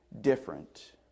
different